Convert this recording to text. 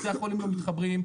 בתי החולים לא מתחברים,